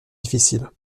difficiles